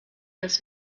das